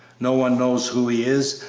no one knows who he is,